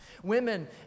women